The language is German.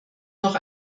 noch